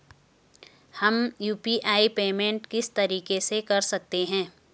हम UPI payment किस तरीके से कर सकते हैं?